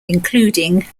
including